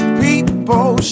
people